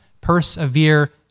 persevere